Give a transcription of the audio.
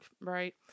right